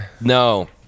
No